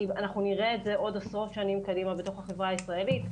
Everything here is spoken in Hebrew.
כי אנחנו נראה את זה עוד עשרות שנים קדימה בתוך החברה הישראלית.